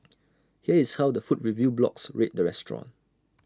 here is how the food review blogs rate the restaurant